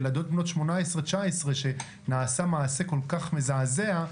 ילדות בנות 19-18 שנעשה מעשה כל כך מזעזע,